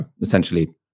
essentially